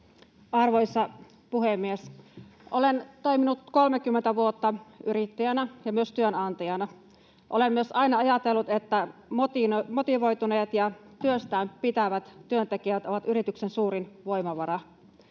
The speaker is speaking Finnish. Arvoisa puhemies! Olen toiminut 30 vuotta yrittäjänä ja myös työnantajana. Olen myös aina ajatellut, että motivoituneet ja työstään pitävät työntekijät ovat yrityksen suurin voimavara.